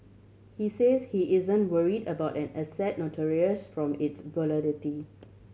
he says he isn't worried about an asset notorious from its volatility